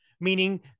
meaning